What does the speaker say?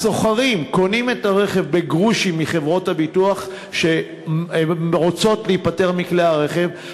הסוחרים קונים את הרכב בגרושים מחברות הביטוח שרוצות להיפטר מכלי הרכב,